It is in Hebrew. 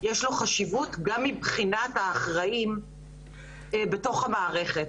יש לו חשיבות גם מבחינת האחראיים בתוך המערכת.